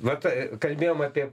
vat kalbėjom apie